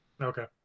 Okay